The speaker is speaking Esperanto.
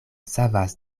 savas